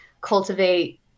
cultivate